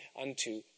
unto